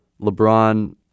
LeBron